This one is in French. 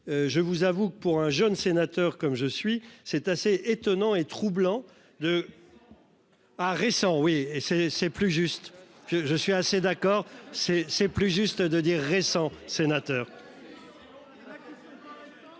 Je vous avoue que pour un jeune sénateur comme je suis, c'est assez étonnant et troublant de. Ah récent oui et c'est c'est plus juste que je suis assez d'accord c'est c'est plus juste de dire récent sénateur.